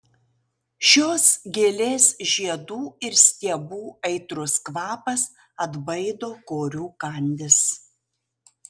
šios gėlės žiedų ir stiebų aitrus kvapas atbaido korių kandis